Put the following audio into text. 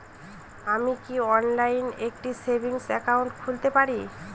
আমি কি অনলাইন একটি সেভিংস একাউন্ট খুলতে পারি?